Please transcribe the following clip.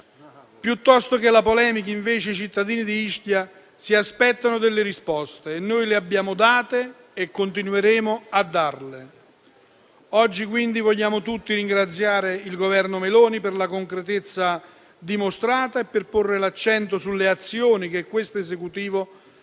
Piuttosto che la polemica, invece, i cittadini di Ischia si aspettano delle risposte e noi le abbiamo date e continueremo a darle. Oggi, quindi, vogliamo tutti ringraziare il Governo Meloni per la concretezza dimostrata e per porre l'accento sulle azioni che questo Esecutivo